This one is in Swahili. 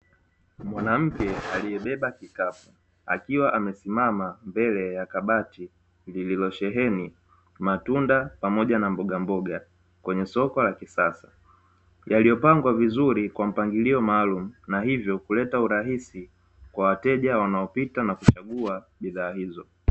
Mwanamke aliyebeba kikapu akiwa amesimama mbele ya kabati, lililosheheni matunda pamoja na mbogamboga, kwenye soko la kisasa. Yaliyopangwa vizuri kwa mpangilio maalumu, na hivyo kuleta uraisi kwa wateja wanaopita na kuchagua bidhaa hizo.